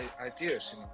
ideas